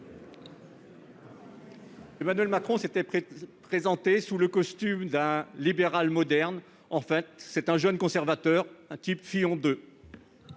Emmanuel Macron s'était présenté sous le costume d'un libéral moderne. En fait c'est un jeune conservateur, un type « Fillon II